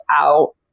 out